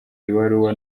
ibaruwa